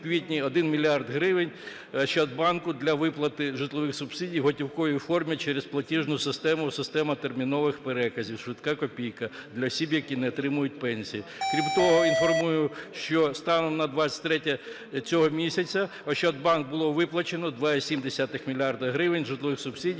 Крім того, інформую, що станом на 23-є цього місяця "Ощадбанком" було виплачено 2,7 мільярда гривень житлових субсидій